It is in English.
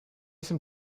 some